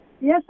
Yes